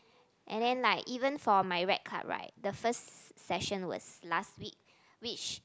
and then like even for my vet club right the first session was last week which